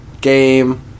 game